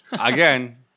Again